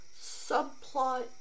Subplot